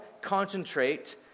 concentrate